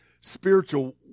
spiritual